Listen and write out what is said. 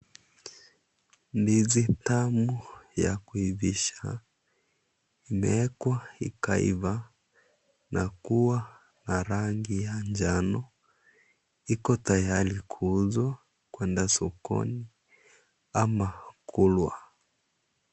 Ndizi tamu ya kuivisha imewekwa ikaiva na kuwa na rangi ya njano. Iko tayari kuuzwa, kwenda sokoni ama kulwa.